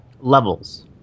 Levels